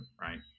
right